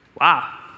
Wow